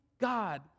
God